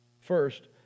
First